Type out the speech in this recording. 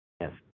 Yes